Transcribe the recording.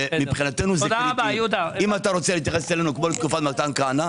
זה קריטי מבחינתנו.